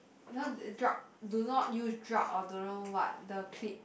you know the drug do not use drug or don't know what the clip